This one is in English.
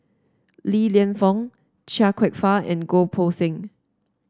Li Lienfung Chia Kwek Fah and Goh Poh Seng